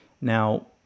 Now